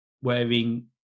wearing